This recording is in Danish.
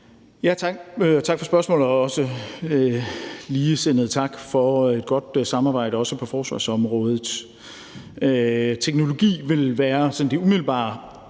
Tak for spørgsmålet, og også ligesindet tak for et godt samarbejde, også på forsvarsområdet. Teknologi ville være sådan det umiddelbare